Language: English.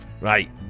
Right